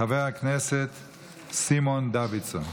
כל פעם אתה זה שנותן,